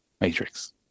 Matrix